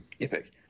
Epic